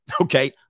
Okay